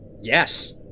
yes